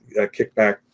kickback